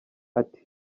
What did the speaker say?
ati